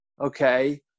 okay